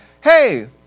hey